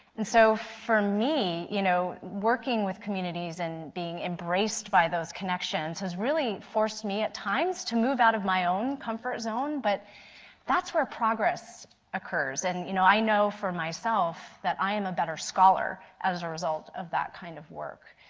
and so for me, you know, working with communities and being embraced by those connections, has really forced me at times to move out of my own comfort zone but that is where progress occurs. and you know i know for myself, that i am a better scholar as a result of that kind of work.